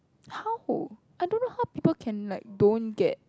how I don't know how people can like don't get